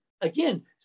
again